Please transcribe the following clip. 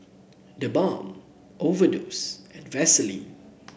TheBalm Overdose and Vaseline